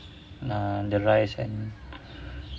uh the rice and